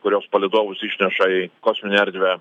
kurios palydovus išneša į kosminę erdvę